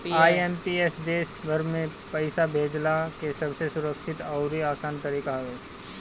IMPS देस भर में पईसा भेजला के सबसे सुरक्षित अउरी आसान तरीका हवे